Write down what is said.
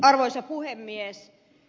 arvoisa puhemies